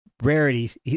Rarities